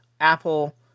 Apple